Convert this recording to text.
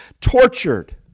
tortured